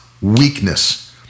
weakness